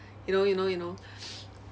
you know you know you know